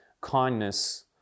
kindness